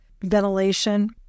ventilation